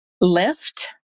lift